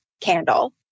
candle